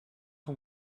son